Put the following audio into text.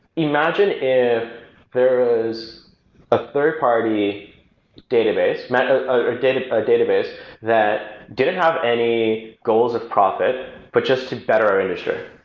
imagine if there is a third party database, or a database database that didn't have any goals of profit, but just to better our industry.